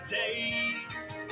days